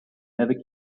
never